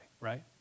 right